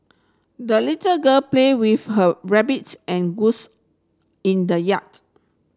the little girl play with her rabbits and goose in the yard